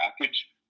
package